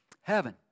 heaven